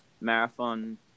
marathon